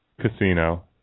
Casino